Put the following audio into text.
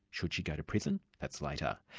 should she go to prison? that's later.